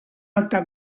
alta